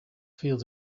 fields